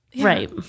Right